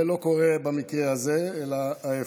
זה לא קורה במקרה הזה, אלא ההפך.